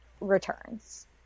returns